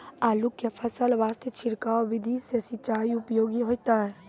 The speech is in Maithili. आलू के फसल वास्ते छिड़काव विधि से सिंचाई उपयोगी होइतै?